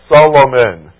Solomon